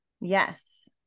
Yes